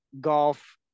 golf